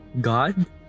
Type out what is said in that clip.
God